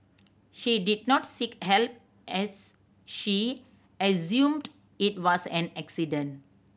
she did not seek help as she assumed it was an accident